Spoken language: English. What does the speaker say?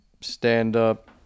stand-up